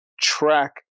track